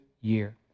year